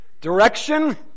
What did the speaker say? direction